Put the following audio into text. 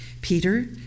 Peter